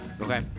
Okay